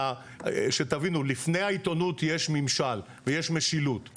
תבינו, לפני העיתונות יש ממשל ויש משילות.